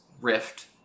Rift